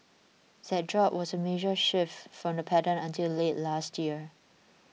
that drop was a major shift from the pattern until late last year